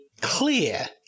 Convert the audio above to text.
clear